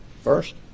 first